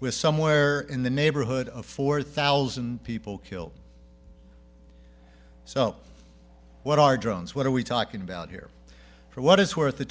with somewhere in the neighborhood of four thousand people killed so what are drones what are we talking about here for what it's worth